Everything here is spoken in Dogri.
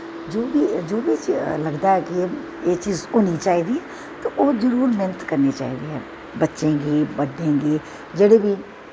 जेह्दे च लगदा ऐ कि एह् चीज़ होनीं चाही दी ते ओह् जरूर मेह्नत करनीं चाही दी बच्चें गी बड्डें गी जेह्ड़े बी